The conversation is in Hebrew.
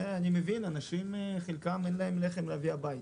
אני מבין, לחלק מהאנשים אין איך להביא לחם הביתה.